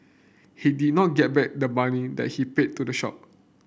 he did not get back the money that he paid to the shop